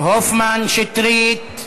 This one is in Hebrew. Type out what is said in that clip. הופמן, שטרית,